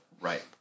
Right